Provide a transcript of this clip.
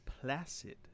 Placid